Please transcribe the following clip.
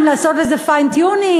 אם לעשות איזה fine tuning,